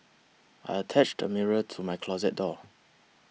I attached a mirror to my closet door